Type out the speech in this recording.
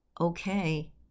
Okay